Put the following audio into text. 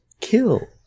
kill